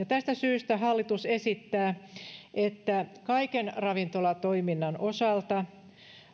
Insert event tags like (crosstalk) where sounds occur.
(unintelligible) tästä syystä hallitus esittää että kaiken ravintolatoiminnan osalta